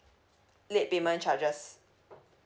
late payment charges